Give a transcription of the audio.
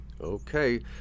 Okay